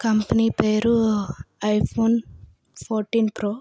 company పేరు iPhone fourteen pro